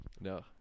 no